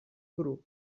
grup